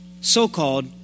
so-called